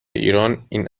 ایران، این